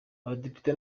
abadepite